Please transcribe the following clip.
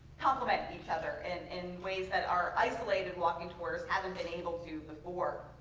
complement each other and in ways that our isolated walking tours haven't been able to before.